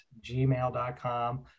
gmail.com